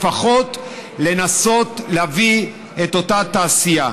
אז לפחות לנסות להביא את אותה תעשייה.